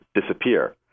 disappear